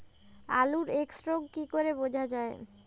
আলুর এক্সরোগ কি করে বোঝা যায়?